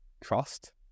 trust